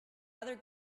other